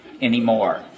anymore